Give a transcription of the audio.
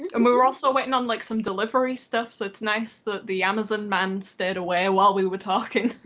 um we were also waiting on like some delivery stuff. so it's nice that the amazon man stayed away while we were talking.